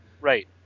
Right